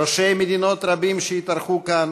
ראשי מדינות רבים שהתארחו כאן,